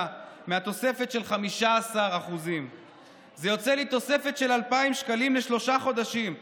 מהתוספת של 15%. זה יוצא לי תוספת של 2,000 שקלים לשלושה חודשים,